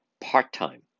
part-time